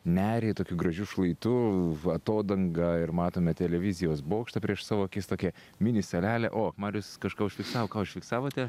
nerį tokiu gražiu šlaitu atodanga ir matome televizijos bokštą prieš savo akis tokia mini salelė o marius kažką užfiksavo ką užfiksavote